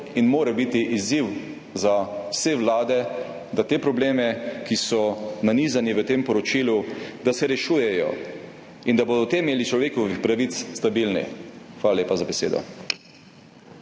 in mora biti izziv za vse vlade, da probleme, ki so nanizani v tem poročilu, rešujejo, da bodo temelji človekovih pravic stabilni. Hvala lepa za besedo.